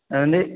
அது வந்து